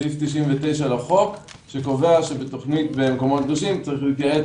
סעיף 99 לחוק שקובע שבמקומות קדושים צריך להתייעץ